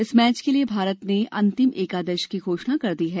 इस मैच के लिए भारत ने अंतिम एकादश की घोषणा कर दी है